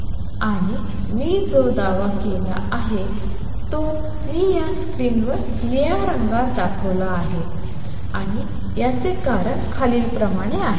आणि मी जो दावा केला आहे तो मी या स्क्रीनवर निळ्या रंगात दाखवला आहे आणि याचे कारण खालीलप्रमाणे आहे